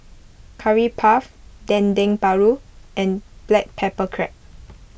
Curry Puff Dendeng Paru and Black Pepper Crab